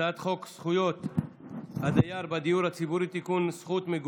הצעת חוק זכויות הדייר בדיור הציבורי (תיקון,